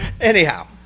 anyhow